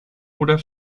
oder